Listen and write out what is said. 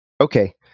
okay